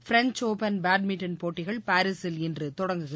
French Open badminton போட்டிகள் பாரீசில் இன்று தொடங்கியது